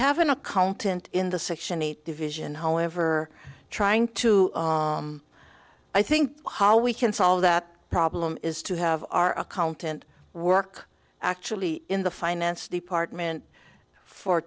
have an accountant in the section eight division however trying to i think how we can solve that problem is to have our accountant work actually in the finance department for